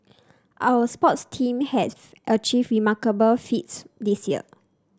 our sports teams have achieved remarkable feats this year